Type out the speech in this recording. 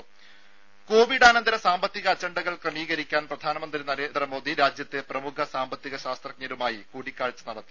ദ്ദേ കോവിഡാനന്തര സാമ്പത്തിക അജണ്ടകൾ ക്രമീകരിക്കാൻ പ്രധാനമന്ത്രി രാജ്യത്തെ പ്രമുഖ സാമ്പത്തിക ശാസ്ത്രജ്ഞരുമായി കൂടിക്കാഴ്ച നടത്തി